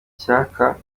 icyaha